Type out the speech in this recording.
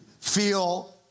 feel